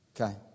Okay